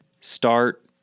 Start